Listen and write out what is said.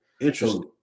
Interesting